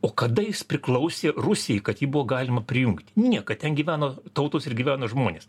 o kada jis priklausė rusijai kad jį buvo galima prijungti niekad ten gyveno tautos ir gyveno žmonės